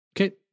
Okay